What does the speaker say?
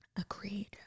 Agreed